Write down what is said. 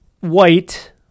White